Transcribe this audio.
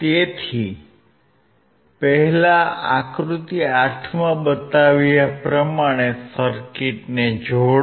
તેથી પહેલા આકૃતિ 8 માં બતાવ્યા પ્રમાણે સર્કિટને જોડો